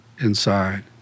inside